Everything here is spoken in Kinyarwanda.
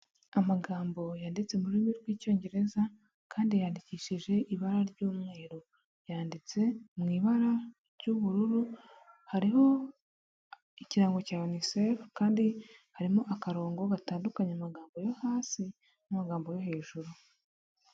Amagambo yanditse mu rurimi rw'icyongereza kandi yandikishije ibara ry'umweru, yanditse mu ibara ry'ubururu hariho ikirango cya unicef kandi harimo akarongo gatandukanya amagambo yo hasi n'amagambo yo hejuru.